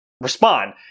respond